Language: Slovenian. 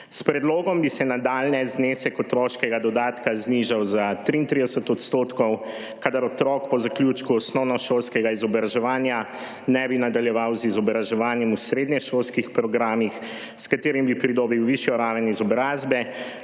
S predlogom bi se v nadaljnje znesek otroškega dodatka znižal za 33 %, kadar otrok po zaključku osnovnošolskega izobraževanja ne bi nadaljeval z izobraževanjem v srednješolskih programih, s katerim bi pridobil višjo raven izobrazbe